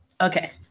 okay